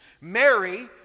Mary